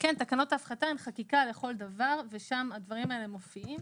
תקנות ההפחתה הן חקיקה לכל דבר ושם הדברים האלה מופיעים.